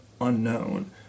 unknown